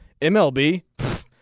MLB